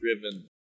driven